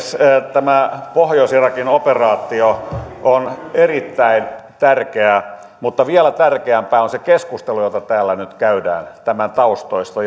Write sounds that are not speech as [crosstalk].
tämä pohjois irakin operaatio on erittäin tärkeä mutta vielä tärkeämpää on se keskustelu jota täällä nyt käydään tämän taustoista [unintelligible]